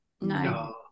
no